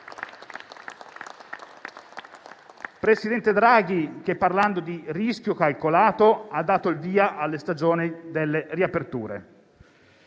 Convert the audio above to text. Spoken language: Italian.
presidente Draghi che, parlando di rischio calcolato, ha dato il via alla stagione delle riaperture.